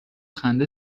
خنده